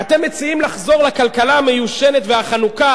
ואתם מציעים לחזור לכלכלה המיושנת והחנוקה